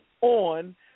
on